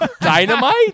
Dynamite